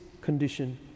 condition